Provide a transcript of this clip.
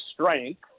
strength